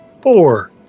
Four